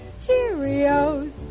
Cheerios